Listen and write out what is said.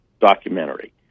documentary